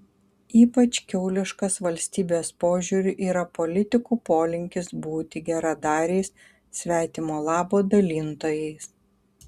ypač kiauliškas valstybės požiūriu yra politikų polinkis būti geradariais svetimo labo dalintojais